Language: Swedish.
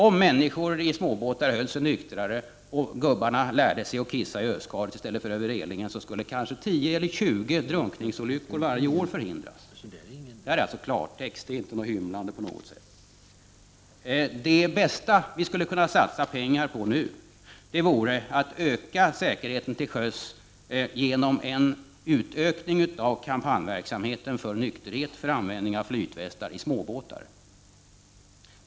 Om människor i småbåtar höll sig nyktrare och gubbarna lärde sig att kissa i öskaret i stället för över relingen skulle kanske 10 eller 20 drunkningsolyckor varje år förhindras. Det är klartext, och inte något hymlande. Det bästa vi skulle kunna satsa pengar på nu vore på att öka säkerheten till sjöss genom en utökning av kampanjverksamheten för nykterhet och för användning av flytvästar i småbåtar.